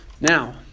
now